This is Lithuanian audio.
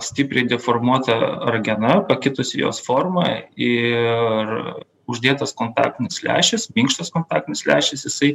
stipriai deformuota ragena pakitusi jos forma ir uždėtas kontaktinis lęšis minkštas kontaktinis lęšis jisai